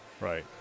Right